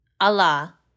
Allah